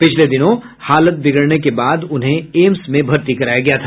पिछले दिनों हालत बिगड़ने के बाद उन्हें एम्स में भर्ती कराया था